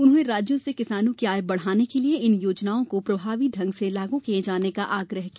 उन्होंने राज्यों से किसानों की आय बढ़ाने के लिए इन योजनाओं को प्रभावी ढंग से लागू किये जाने का आग्रह किया